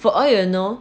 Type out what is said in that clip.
for all you know